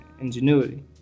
ingenuity